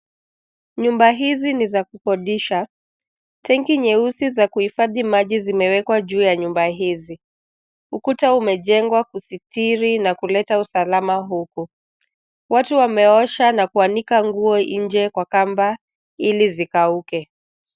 Nyumba hizi ni za kukodisha. Tanki nyeusi za kuhifadhi maji zimewekwa juu ya nyumba hizi. Ukuta umejengwa kusitiri na kuleta usalama huku. Watu wameosha na kuanika nguo nje kwa kamba ili zikauke.